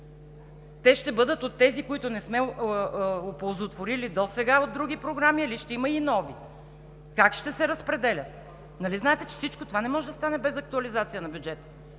те ще бъдат от тези, които не сме оползотворили досега от други програми, или ще има и нови, как ще се разпределят? Нали знаете, че всичко това не може да стане без актуализация на бюджета,